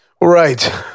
Right